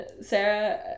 Sarah